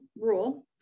rule